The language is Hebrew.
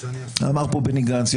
אמר פה בני גנץ,